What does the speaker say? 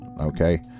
okay